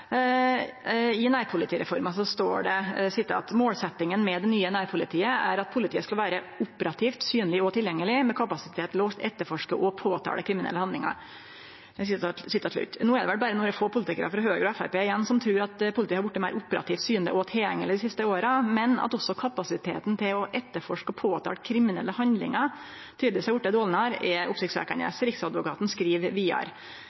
I nærpolitireforma står det: «Målsettingen med det nye nærpolitiet er at politiet skal være operativt, synlig og tilgjengelig, med kapasitet til å etterforske og påtale kriminelle handlinger.» No er det vel berre nokre få politikarar frå Høgre og Framstegspartiet igjen som trur at politiet har vorte meir operativt, synleg og tilgjengeleg dei siste åra, men at også kapasiteten til å etterforske og påtale kriminelle handlingar tydelegvis har vorte dårlegare, er oppsiktsvekkjande. Riksadvokaten skriv vidare: